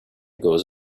goes